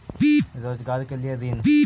रोजगार के लिए ऋण?